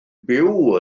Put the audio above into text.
byw